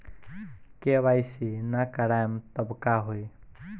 KYC ना करवाएम तब का होई?